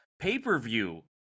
pay-per-view